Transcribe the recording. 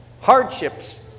hardships